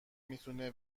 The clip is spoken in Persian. میتونه